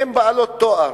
הן בעלות תואר,